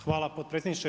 Hvala potpredsjedniče.